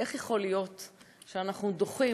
איך יכול להיות שאנחנו דוחים